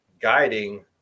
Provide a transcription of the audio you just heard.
guiding